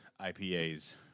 IPAs